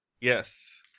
Yes